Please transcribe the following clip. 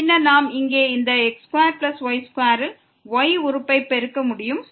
பின்னர் நாம் இங்கே இந்த x2y2 ல் y உறுப்பை பெருக்க முடியும்